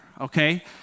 okay